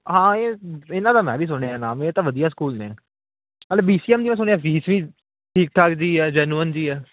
ਹਾਂ ਇਹ ਇਹਨਾਂ ਦਾ ਮੈਂ ਵੀ ਸੁਣਿਆ ਹੈ ਨਾਮ ਇਹ ਤਾਂ ਵਧੀਆ ਸਕੂਲ ਨੇ ਚਲ ਬੀ ਸੀ ਐੱਮ ਦੀ ਮੈਂ ਸੁਣਿਆ ਫ਼ੀਸ ਵੀ ਠੀਕ ਠਾਕ ਜੀ ਹੈ ਜੈਨੂਅਨ ਜਿਹੀ ਆ